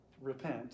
repent